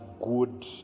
good